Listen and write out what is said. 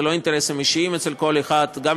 זה לא אינטרסים אישיים אצל כל אחד: גם